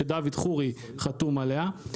שדוד חורי חתום עליה,